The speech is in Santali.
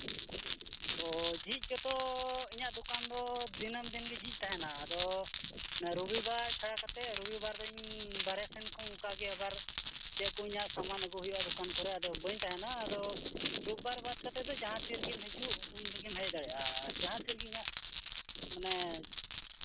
ᱚ ᱡᱷᱤᱡᱽ ᱜᱮᱛᱚ ᱤᱧᱟᱹᱜ ᱫᱚᱠᱟᱱ ᱫᱚ ᱫᱤᱱᱟᱹᱢ ᱫᱤᱱᱜᱮ ᱡᱷᱤᱡᱽ ᱛᱟᱦᱮᱱᱟ ᱟᱫᱚ ᱚᱱᱟ ᱨᱚᱵᱤᱵᱟᱨ ᱪᱷᱟᱲᱟ ᱠᱟᱛᱮᱫ ᱚᱱᱟ ᱨᱚᱵᱤᱵᱟᱨ ᱨᱮ ᱵᱟᱦᱨᱮ ᱥᱮᱫ ᱠᱷᱚᱱ ᱚᱱᱠᱟ ᱜᱮ ᱟᱵᱟᱨ ᱪᱮᱫ ᱠᱚ ᱤᱧᱟᱹᱜ ᱥᱟᱢᱟᱱ ᱟᱹᱜᱩ ᱦᱩᱭᱩᱜᱼᱟ ᱫᱳᱠᱟᱱ ᱠᱚᱨᱮᱫ ᱟᱫᱚ ᱵᱟᱹᱧ ᱛᱟᱦᱮᱱᱟ ᱟᱫᱚ ᱨᱳᱵᱽᱵᱟᱨ ᱵᱟᱫᱽ ᱠᱟᱛᱮᱫ ᱫᱚ ᱡᱟᱦᱟᱸ ᱛᱤᱥ ᱜᱮᱢ ᱦᱤᱡᱩᱜ ᱩᱱ ᱨᱮᱜᱮᱢ ᱦᱮᱡ ᱫᱟᱲᱮᱭᱟᱜᱼᱟ ᱡᱟᱦᱟᱸ ᱛᱤ ᱨᱮᱜᱮ ᱤᱧᱟᱹᱜ ᱢᱟᱱᱮ